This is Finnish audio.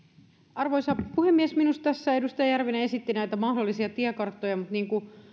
arvoisa puhemies minusta tässä edustaja järvinen esitti näitä mahdollisia tiekarttoja mutta